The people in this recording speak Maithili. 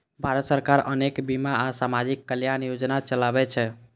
भारत सरकार अनेक बीमा आ सामाजिक कल्याण योजना चलाबै छै